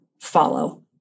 follow